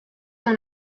dans